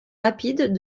rapide